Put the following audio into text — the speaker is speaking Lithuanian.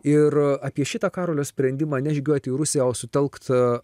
ir apie šitą karolio sprendimą ne žygiuoti į rusiją o sutelkt